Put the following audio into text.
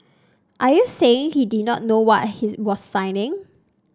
are you saying he did not know what he was signing